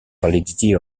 validity